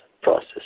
process